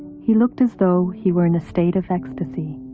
he looked as though he were in a state of ecstasy.